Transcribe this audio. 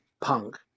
punk